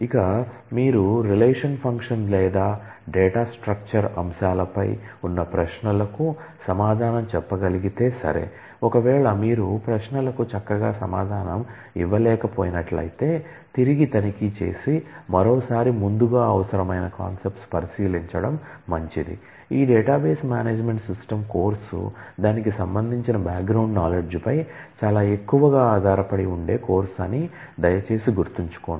ఇక మీరు relation function పై చాలా ఎక్కువగా ఆధారపడి ఉండే కోర్సు అని దయచేసి గుర్తుంచుకోండి